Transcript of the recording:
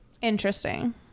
Interesting